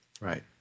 right